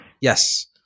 Yes